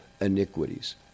iniquities